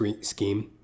scheme